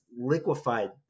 liquefied